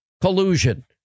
collusion